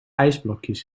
ijsblokjes